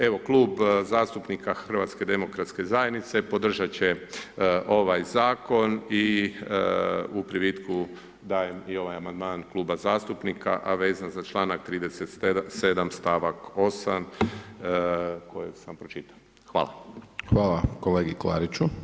Evo Klub zastupnika HDZ-a podržat će ovaj zakon i u privitku dajem i ovaj amandman Kluba zastupnika a vezan za članak 37. stavak 8. kojeg sam pročitao.